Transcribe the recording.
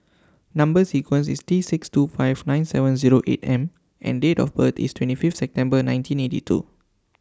Number sequence IS T six two five nine seven Zero eight M and Date of birth IS twenty five September nineteen eighty two